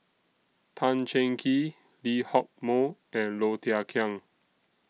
Tan Cheng Kee Lee Hock Moh and Low Thia Khiang